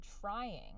trying